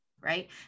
Right